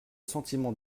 sentiment